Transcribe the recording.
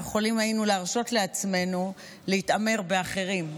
אנחנו היינו יכולים להרשות לעצמנו להתעמר באחרים,